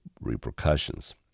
repercussions